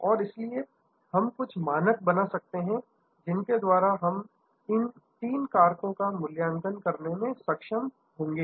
और इसलिए हम कुछ मानक बना सकते हैं जिनके द्वारा हम इन तीन कारकों का मूल्यांकन करने में सक्षम होंगे